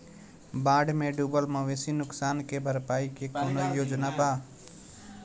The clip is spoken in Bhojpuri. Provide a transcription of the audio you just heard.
बाढ़ में डुबल मवेशी नुकसान के भरपाई के कौनो योजना वा?